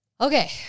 Okay